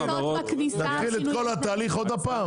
נתחיל את כל התהליך שוב?